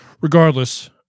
Regardless